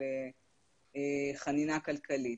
של חנינה כלכלית.